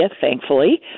thankfully